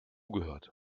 gehört